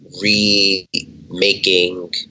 remaking